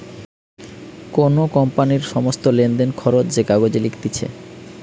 কোন কোম্পানির সমস্ত লেনদেন, খরচ যে কাগজে লিখতিছে